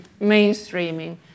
mainstreaming